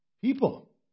people